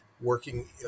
working